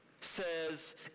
Says